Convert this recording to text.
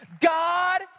God